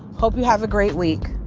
hope you have a great week.